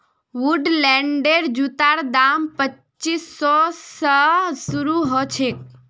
वुडलैंडेर जूतार दाम पच्चीस सौ स शुरू ह छेक